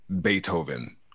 Beethoven